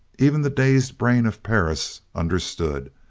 even the dazed brain of perris understood.